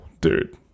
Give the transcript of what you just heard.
dude